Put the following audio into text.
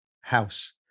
house